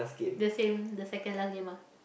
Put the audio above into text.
the same the second last game ah